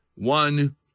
one